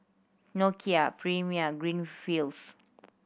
Nokia Premier Greenfields